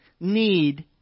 need